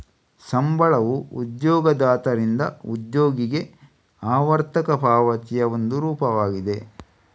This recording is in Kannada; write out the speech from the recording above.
ಸಂಬಳವು ಉದ್ಯೋಗದಾತರಿಂದ ಉದ್ಯೋಗಿಗೆ ಆವರ್ತಕ ಪಾವತಿಯ ಒಂದು ರೂಪವಾಗಿದೆ